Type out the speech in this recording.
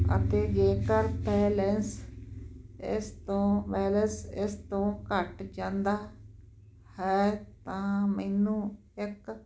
ਅਤੇ ਜੇਕਰ ਬੈਲੈਂਸ ਇਸ ਤੋਂ ਬੈਲੈਂਸ ਤੋਂ ਘੱਟ ਜਾਂਦਾ ਹੈ ਤਾਂ ਮੈਨੂੰ ਇੱਕ